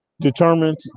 determined